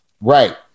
Right